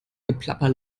geplapper